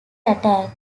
attack